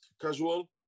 casual